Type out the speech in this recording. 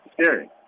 Scary